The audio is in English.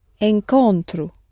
Encontro